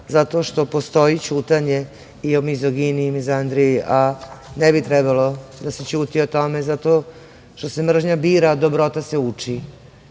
zato što postoji ćutanje i o mizogimiji i mizandriji, a ne bi trebalo da se ćuti o tome zato što se mržnja bira, dobrota se uči